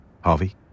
Harvey